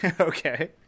Okay